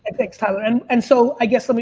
thanks tyler. and and so, i guess, i mean